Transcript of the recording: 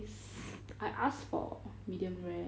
is I asked for medium rare